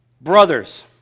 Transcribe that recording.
Brothers